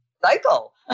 cycle